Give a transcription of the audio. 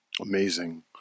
Amazing